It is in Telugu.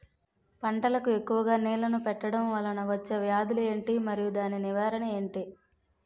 పంటలకు ఎక్కువుగా నీళ్లను పెట్టడం వలన వచ్చే వ్యాధులు ఏంటి? మరియు దాని నివారణ ఏంటి?